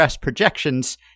projections